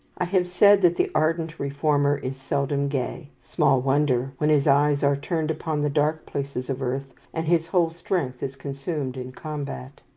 i have said that the ardent reformer is seldom gay. small wonder, when his eyes are turned upon the dark places of earth, and his whole strength is consumed in combat.